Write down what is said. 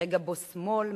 רגע שבו שמאל,